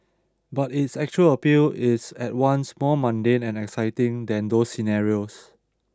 but its actual appeal is at once more mundane and exciting than those scenarios